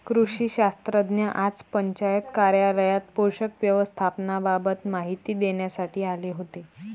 कृषी शास्त्रज्ञ आज पंचायत कार्यालयात पोषक व्यवस्थापनाबाबत माहिती देण्यासाठी आले होते